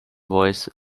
voice